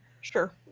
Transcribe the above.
Sure